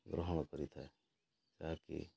ଗ୍ରହଣ କରିଥାଏ ଯାହାକି